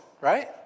right